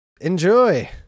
Enjoy